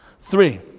Three